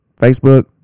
facebook